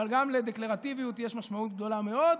אבל גם לדקלרטיביות יש משמעות גדולה מאוד.